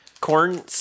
corn